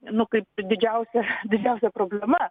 nu kaip didžiausia didžiausia problema